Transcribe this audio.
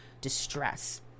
distress